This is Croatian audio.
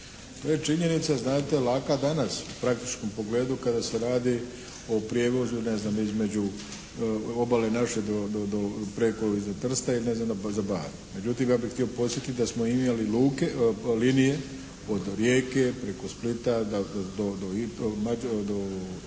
To je činjenica znate laka danas u praktičnom pogledu kada se radi o prijevozu ne znam između obale naše do preko iza Trsta ili ne znam, za Bar. Međutim ja bih htio podsjetiti da smo imali linije od Rijeke preko Splita do Tirane,